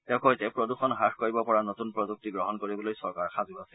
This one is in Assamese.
তেওঁ কয় যে প্ৰদূষণ হ্ৰাস কৰিব পৰা নতুন প্ৰযুক্তি গ্ৰহণ কৰিবলৈ চৰকাৰ সাজু আছে